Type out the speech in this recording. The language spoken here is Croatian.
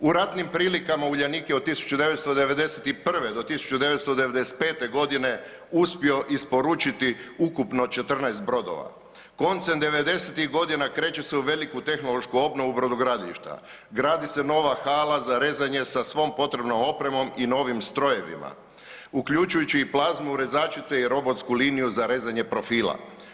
U ratnim prilikama Uljanik je od 1991. do 1995.g. uspio isporučiti ukupno 14 brodova, koncem '90.-tih godina kreće se u veliku tehnološku obnovu brodogradilišta, gradi se nova hala za rezanje sa svom potrebnom opremom i novim strojevima, uključujući i plazmu rezačice i robotsku liniju za rezanje profila.